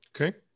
Okay